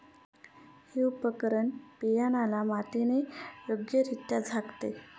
हे उपकरण बियाण्याला मातीने योग्यरित्या झाकते